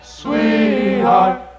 sweetheart